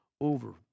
over